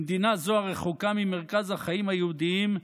במדינה זו, הרחוקה ממרכז החיים היהודיים,